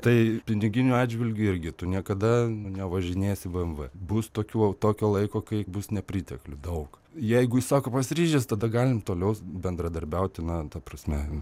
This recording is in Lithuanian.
tai piniginiu atžvilgiu irgi tu niekada nevažinėsi bmw bus tokių tokio laiko kai bus nepriteklių daug jeigu jis sako pasiryžęs tada galim toliau bendradarbiauti na ta prasme